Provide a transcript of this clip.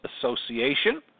Association